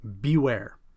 beware